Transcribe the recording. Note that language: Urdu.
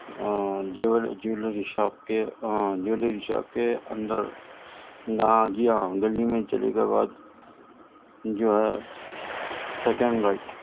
جیول جیولری شاپ کے جیولری شاپ کے اندر نا جی ہاں گلی چلنے کے بعد جو ہے سیکینڈ رائٹ